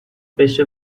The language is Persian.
بشه